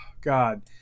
god